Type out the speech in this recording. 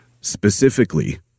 Specifically